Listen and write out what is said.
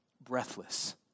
breathless